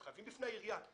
מתחייבים בפני העירייה.